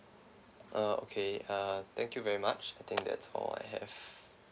uh okay ah thank you very much I think that's all I have